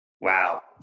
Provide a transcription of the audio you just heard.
Wow